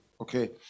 Okay